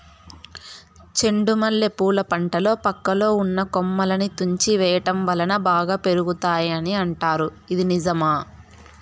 చెండు మల్లె పూల పంటలో పక్కలో ఉన్న కొమ్మలని తుంచి వేయటం వలన బాగా పెరుగుతాయి అని అంటారు ఇది నిజమా?